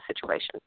situation